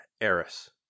Eris